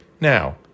Now